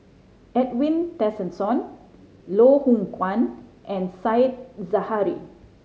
Edwin Tessensohn Loh Hoong Kwan and Said Zahari